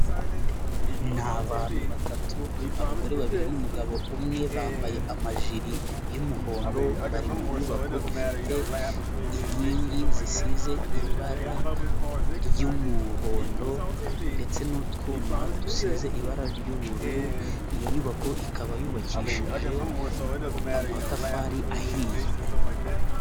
Ni abantu batatu: abagore babiri n'umugabo umwe, bambaye amajiri y'umuhondo, bari mu nyubako ifite inkingi zisize ibara ry'umuhondo ndetse n'utwuma dusize ibara ry'ubururu, iyo nyubako ikaba yubakishije amatafari ahiye.